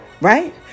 Right